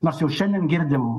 nors jau šiandien girdim